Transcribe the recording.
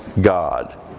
God